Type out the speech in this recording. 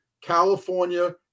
California